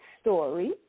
story